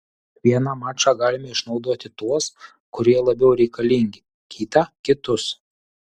vieną mačą galime išnaudoti tuos kurie labiau reikalingi kitą kitus